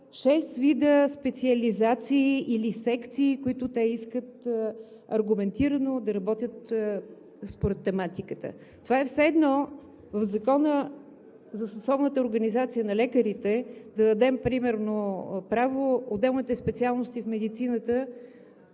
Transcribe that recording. вида специализации или секции, които те искат аргументирано да работят според тематиката. Това е все едно в Закона за съсловната организация на лекарите примерно да дадем право на отделните специалности в медицината